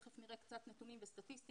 תיכף נראה קצת נתונים וסטטיסטיקה.